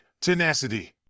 tenacity